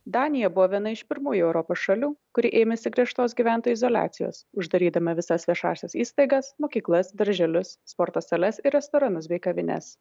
danija buvo viena iš pirmųjų europos šalių kuri ėmėsi griežtos gyventojų izoliacijos uždarydama visas viešąsias įstaigas mokyklas darželius sporto sales ir restoranus bei kavines